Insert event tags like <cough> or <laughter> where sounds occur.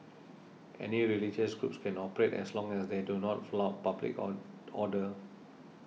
any religious groups can operate as long as they do not flout public <hesitation> order